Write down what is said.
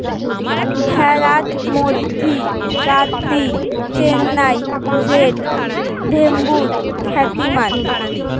ভ্যাড়াত মধ্যি গাদ্দি, চেন্নাই রেড, ভেম্বুর খ্যাতিমান